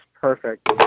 perfect